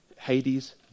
Hades